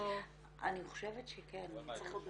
אני חושבת שכן.